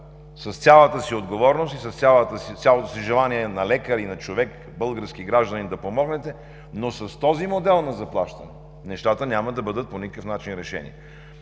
С цялата си отговорност и с цялото си желание на лекар, на човек, на български гражданин да помогнете, но с този модел на заплащане нещата няма да бъдат по никакъв начин решени.